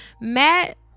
Matt